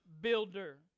builder